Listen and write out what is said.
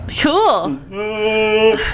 Cool